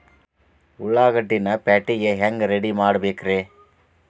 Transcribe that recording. ಉಳ್ಳಾಗಡ್ಡಿನ ಪ್ಯಾಟಿಗೆ ಹ್ಯಾಂಗ ರೆಡಿಮಾಡಬೇಕ್ರೇ?